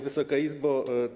Wysoka Izbo!